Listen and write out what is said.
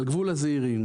על גבול הזעירים.